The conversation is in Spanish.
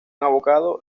abogado